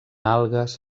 algues